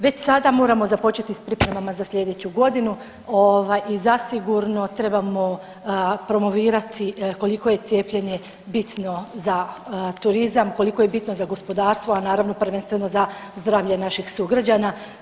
Već sada moramo započeti sa pripremama za sljedeću godinu i zasigurno trebamo promovirati koliko je cijepljenje bitno za turizam, koliko je bitno za gospodarstva, a naravno prvenstveno za zdravlje naših sugrađana.